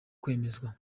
kwemezwa